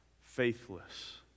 Faithless